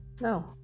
no